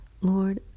Lord